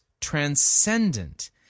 transcendent